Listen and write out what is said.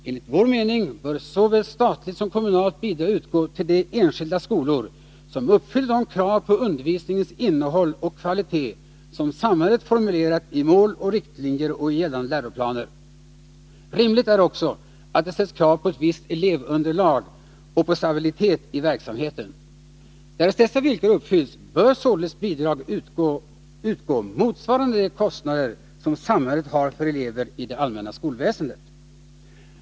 Enligt vår mening bör såväl statligt som kommunalt bidrag utgå till de enskilda skolor som uppfyller de krav på undervisningens innehåll och kvalitet som samhället formulerat i mål och riktlinjer och gällande läroplaner. Rimligt är också att det ställs krav på ett visst elevunderlag och på stabilitet i verksamheten. Därest dessa villkor uppfylls bör således bidrag utgå motsvarande de kostnader som samhället har för elever i det allmänna skolväsendet.